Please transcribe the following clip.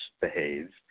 behaves